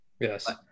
Yes